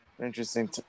interesting